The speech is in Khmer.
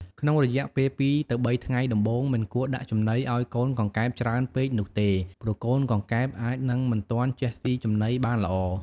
ក្នុងរយៈពេល ២ ទៅ ៣ ថ្ងៃដំបូង មិនគួរដាក់ចំណីឲ្យកូនកង្កែបច្រើនពេកនោះទេ ព្រោះកូនកង្កែបអាចនឹងមិនទាន់ចេះស៊ីចំណីបានល្អ។